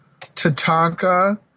Tatanka